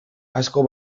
asko